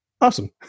Awesome